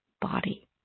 body